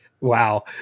Wow